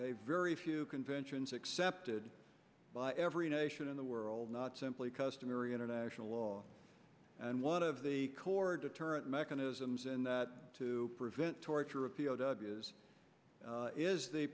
a very few conventions accepted by every nation in the world not simply customary international law and lot of the core deterrent mechanisms and that to prevent torture of p o w is is the